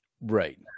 right